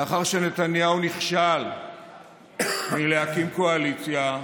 לאחר שנתניהו נכשל להקים קואליציה,